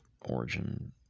origin